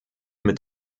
mit